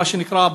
מה שנקרא,